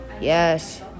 Yes